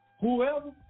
whoever